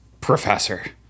professor